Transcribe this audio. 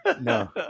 no